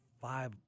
five